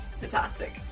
fantastic